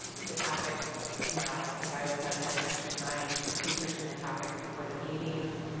the topics. you know i think i would put in extra time researching the topics before the meetings.